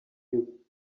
you